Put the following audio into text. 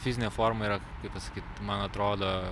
fizinė forma yra kaip pasakyt man atrodo